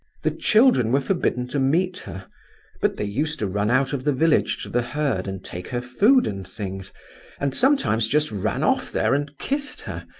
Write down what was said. the children were forbidden to meet her but they used to run out of the village to the herd and take her food and things and sometimes just ran off there and kissed her,